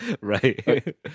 Right